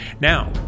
Now